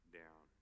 down